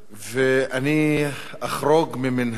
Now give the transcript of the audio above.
ואני אחרוג ממנהגי,